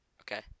Okay